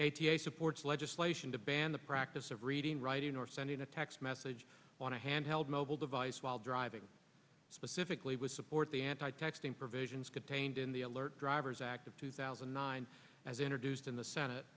eight supports legislation to ban the practice of reading writing or sending a text message on a hand held mobile device while driving specifically would support the anti texting provisions contained in the alert drivers act of two thousand and nine as introduced in the senate